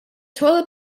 toilet